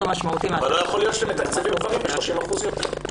אבל לא יכול להיות שאתם מתקצבים גברים ב-30% יותר.